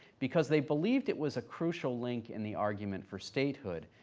because they believed it was a crucial link in the argument for statehood.